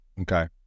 Okay